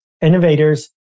innovators